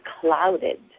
clouded